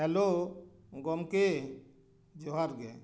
hello ᱜᱚᱢᱠᱮ ᱡᱚᱦᱟᱨ ᱜᱮ